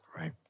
Right